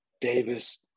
Davis